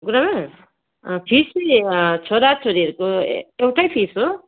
गुरुमा fees चाहिँ छोरा छोरीहरूको एउटै फिस हो